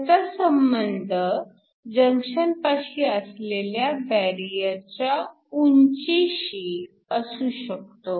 ह्याचा संबंध जंक्शनपाशी असलेल्या बॅरिअरच्या उंचीशी असू शकतो